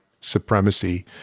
supremacy